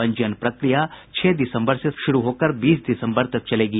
पंजीयन प्रक्रिया छह दिसम्बर से शुरू होकर बीस दिसम्बर तक चलेगी